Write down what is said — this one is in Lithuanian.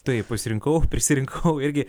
taip pasirinkau prisirinkau irgi